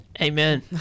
Amen